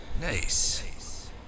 Nice